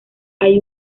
hay